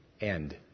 end